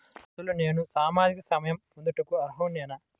అసలు నేను సామాజిక సహాయం పొందుటకు అర్హుడనేన?